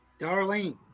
Darlene